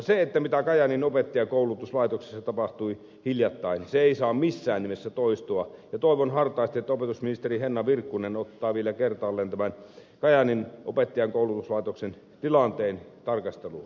se mitä kajaanin opettajankoulutuslaitoksessa tapahtui hiljattain ei saa missään nimessä toistua ja toivon hartaasti että opetusministeri henna virkkunen ottaa vielä kertaalleen tämän kajaanin opettajankoulutuslaitoksen tilanteen tarkasteluun